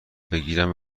بگیرند